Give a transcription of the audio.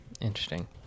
Interesting